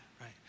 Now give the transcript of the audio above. right